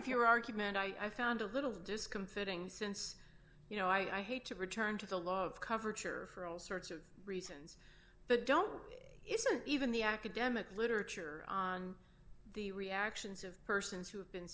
if you're argument i found a little discomfiting since you know i hate to return to the law of coverage for all sorts of reasons but don't isn't even the academic literature on the reactions of persons who have been